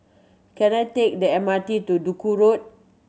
can I take the M R T to Duku Road